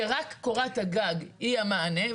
שרק קורת הגג היא המענה.